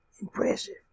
Impressive